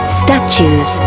statues